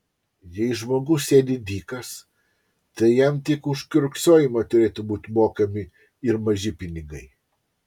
jei žmogus sėdi dykas tai jam tik už kiurksojimą turėtų būti mokami ir maži pinigai